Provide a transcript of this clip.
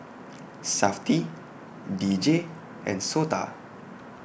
Safti D J and Sota